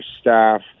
staff